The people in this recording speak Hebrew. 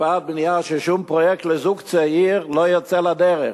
הקפאת בנייה ששום פרויקט לזוג צעיר לא יוצא לדרך.